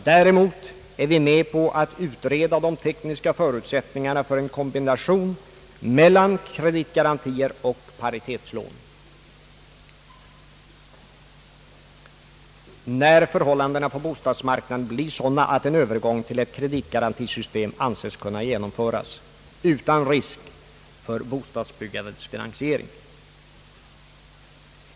Däremot är vi med på att utreda de tekniska förutsättningarna för en kombination mellan kreditgarantier och paritetslån när förhållandena på bostadsmarknaden blir sådana att en övergång till ett kreditgarantisystem anses kunna genomföras utan risk för bostadsbyggandets finansiering.